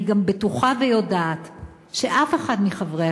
אני גם בטוחה ויודעת שאף אחד מחברי